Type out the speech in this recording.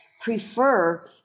prefer